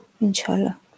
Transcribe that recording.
inshallah